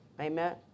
Amen